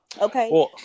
Okay